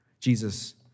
Jesus